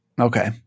Okay